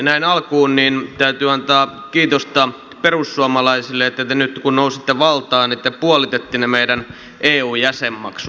näin alkuun täytyy antaa kiitosta perussuomalaisille että nyt kun nousitte valtaan te puolititte ne meidän eu jäsenmaksut